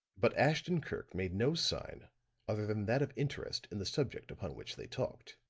but ashton-kirk made no sign other than that of interest in the subject upon which they talked.